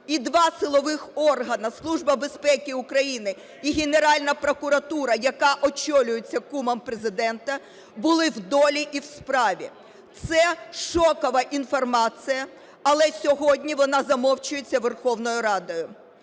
і два силових органи: Служба безпеки України і Генеральна прокуратура, яка очолюється кумом Президента, – були в долі і в справі. Це шокова інформація, але сьогодні вона замовчується Верховною Радою.